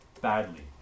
badly